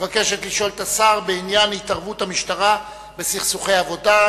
מבקשת לשאול את השר בעניין התערבות המשטרה בסכסוכי עבודה,